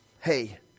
Hey